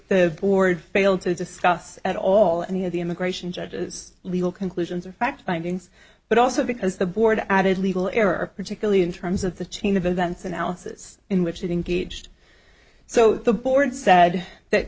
the board failed to discuss at all any of the immigration judges legal conclusions or fact findings but also because the board added legal error particularly in terms of the chain of events analysis in which they didn't gauged so the board said that